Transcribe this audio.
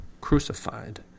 crucified